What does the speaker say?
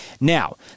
Now